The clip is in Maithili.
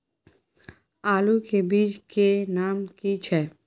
आलू के बीज के नाम की छै?